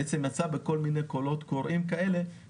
הוא יצא בקולות קוראים עם